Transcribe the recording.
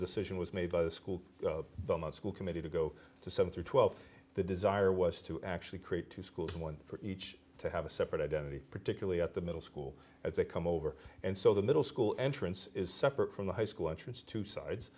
decision was made by the school but most school committee to go to some through twelve the desire was to actually create two schools one for each to have a separate identity particularly at the middle school as they come over and so the middle school entrance is separate from the high school entrance two sides